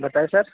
بتائیں سر